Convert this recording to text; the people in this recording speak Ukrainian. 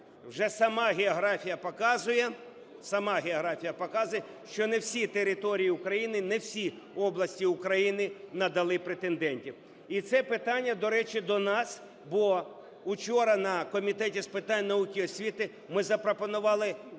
сама географія показує, що не всі території України, не всі області України надали претендентів. І це питання, до речі, до нас, бо вчора на Комітеті з питань науки і освіти ми запропонували іншу